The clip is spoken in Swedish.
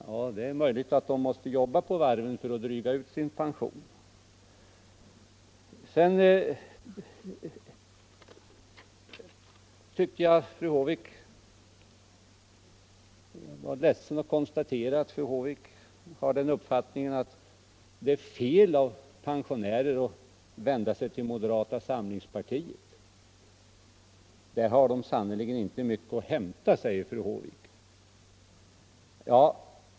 Ja, det är möjligt att de måste jobba på varven för att dryga ut sin pension. Vidare nödgas jag konstatera att fru Håvik har den uppfattningen att det är fel av pensionärer att vända sig till moderata samlingspartiet. Där har de sannerligen inte mycket att hämta, sade fru Håvik.